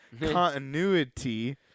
continuity